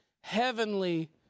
heavenly